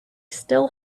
still